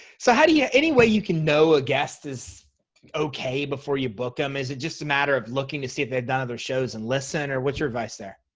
so how do you yeah any way you can know a guest is ok before you book them is it just a matter of looking to see if they've done other shows and listen or what's your advice there.